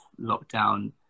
lockdown